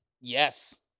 Yes